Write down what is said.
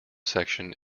section